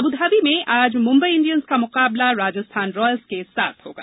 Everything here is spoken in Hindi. अबुधावी में आज मुंबई इंडियंस का मुकाबला राजस्थान रॉयल्स के साथ होगा